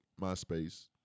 MySpace